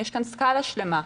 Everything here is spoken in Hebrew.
יש כאן סקאלה שלמה.